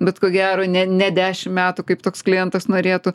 bet ko gero ne ne dešimt metų kaip toks klientas norėtų